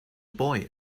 boy